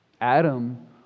Adam